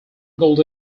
gold